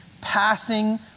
passing